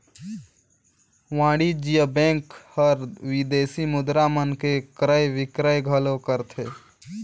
वाणिज्य बेंक हर विदेसी मुद्रा मन के क्रय बिक्रय घलो करथे